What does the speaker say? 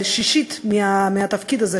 על שישית מהתפקיד הזה,